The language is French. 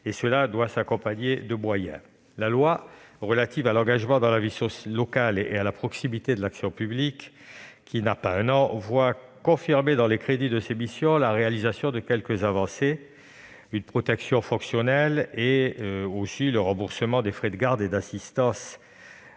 cela doit s'accompagner de moyens. La loi relative à l'engagement dans la vie locale et à la proximité de l'action publique, qui n'a pas un an, se voit confirmée dans les crédits de ces missions avec la réalisation de quelques avancées : une « protection fonctionnelle », le remboursement des frais de garde et d'assistance